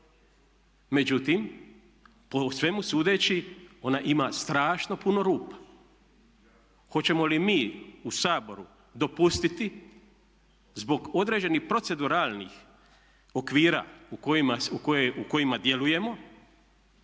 Međutim, po svemu sudeći ona ima strašno puno rupa. Hoćemo li mi u Saboru dopustiti zbog određenih proceduralnih okvira u kojima djelujemo